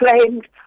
claimed